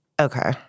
Okay